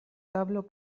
tablo